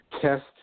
test